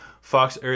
Fox